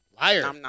Liar